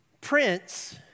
prince